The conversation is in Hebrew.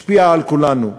השפיעה על כולנו.